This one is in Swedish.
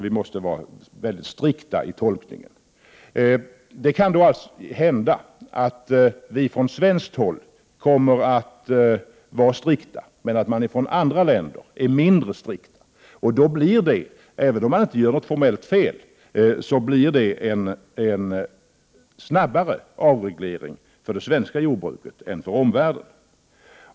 Vi måste vara mycket strikta i tolkningen av avtalen. Det kan då hända att vi från svenskt håll kommer att vara strikta i tolkningen, medan man i andra länder är mindre strikt. Även om man inte gör något formellt fel sker det en snabbare avreglering för det svenska jordbruket än vad som är fallet i omvärlden.